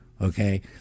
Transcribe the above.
Okay